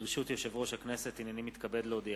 ברשות יושב-ראש הכנסת, הנני מתכבד להודיעכם,